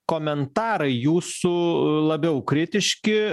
komentarai jūsų labiau kritiški